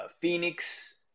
Phoenix